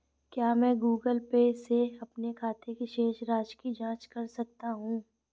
क्या मैं Google Pay से अपने खाते की शेष राशि की जाँच कर सकता हूँ?